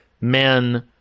men